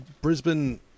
Brisbane